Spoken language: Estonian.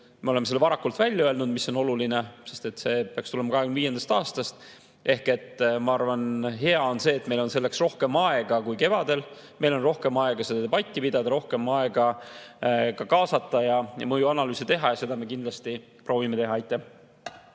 me oleme selle varakult välja öelnud, mis on oluline, sest see peaks tulema 2025. aastast. Ma arvan, et hea on see, et meil on selleks rohkem aega, kui kevadel oli. Meil on rohkem aega debatti pidada, rohkem aega kaasata ja mõjuanalüüse teha. Ja seda me kindlasti proovime teha. Aivar